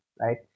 right